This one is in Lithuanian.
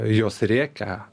jos rėkia